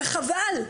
וחבל.